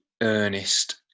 earnest